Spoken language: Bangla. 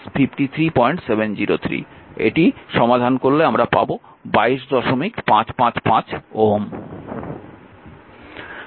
অর্থাৎ 22555 Ω